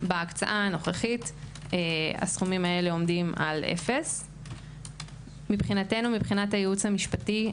בהקצאה הנוכחית הסכומים הללו עומדים על 0. מבחינת הייעוץ המשפטי,